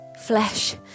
flesh